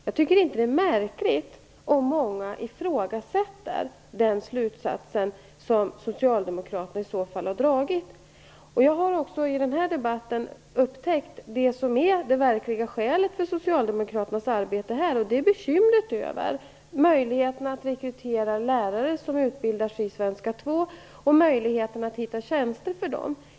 Jag tycker inte att det är märkligt om många ifrågasätter den slutsats som Socialdemokraterna i så fall har dragit. Jag har också i den här debatten upptäckt det som är det verkliga skälet till Socialdemokraternas arbete här, och det är att man är bekymrad över möjligheten att rekrytera lärare som utbildar sig i svenska 2 och möjligheten att hitta tjänster för dem.